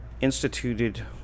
instituted